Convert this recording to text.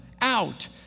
out